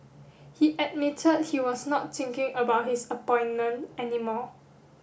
he admitted he was not thinking about his appointment any more